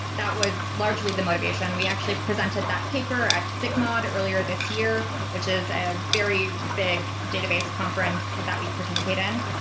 that was largely the motivation. and we actually presented that paper at sigmod earlier this year, which is an ah very big database conferences that we participate in,